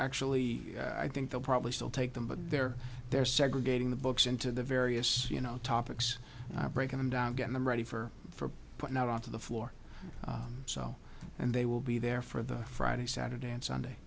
actually i think they'll probably still take them but they're there segregating the books into the various you know topics breaking them down getting them ready for for but not on to the floor so and they will be there for that friday saturday and sunday